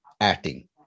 acting